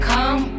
Come